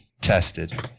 tested